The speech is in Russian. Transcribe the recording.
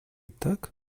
так